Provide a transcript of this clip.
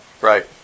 Right